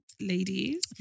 ladies